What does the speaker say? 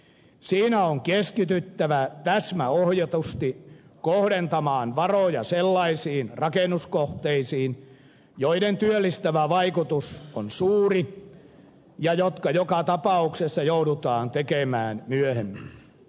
siinä on keskityttävä täsmäohjatusti kohdentamaan varoja sellaisiin rakennuskohteisiin joiden työllistävä vaikutus on suuri ja jotka joka tapauksessa joudutaan tekemään myöhemmin